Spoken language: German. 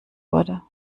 wurde